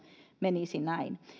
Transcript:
menisi näin